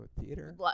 theater